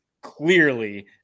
clearly